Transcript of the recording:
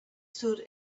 stood